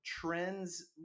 trends